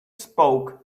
spoke